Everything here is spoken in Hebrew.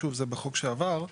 שוב, זה בחוק שעבר.